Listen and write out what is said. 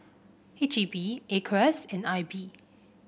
H E B A C R E S and I B